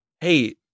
hey